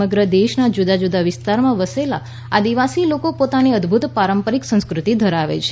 સમગ્ર દેશના જુદા જુદા વિસ્તારોમાં વસેલા આદિવાસી લોકો પોતાની અદભૂત પારંપરિક સંસ્ક્રૃતિ ધરાવે છે